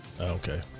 Okay